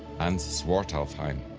and swartalfheim,